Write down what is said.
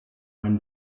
when